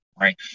right